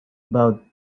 about